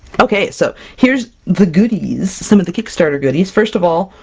okay so here's the goodies! some of the kickstarter goodies! first of all,